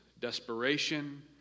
Desperation